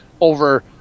over